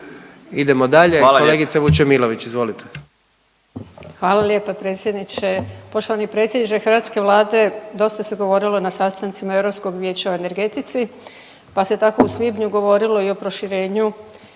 Vesna (Hrvatski suverenisti)** Hvala lijepa predsjedniče. Poštovani predsjedniče hrvatske vlade, dosta se govorilo na sastancima Europskog vijeća o energetici, pa se tako u svibnju govorilo i o proširenju